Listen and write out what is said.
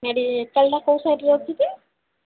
ମେଡ଼ିକାଲଟା କେଉଁ ସାଇଟ୍ରେ ଅଛି କି